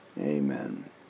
Amen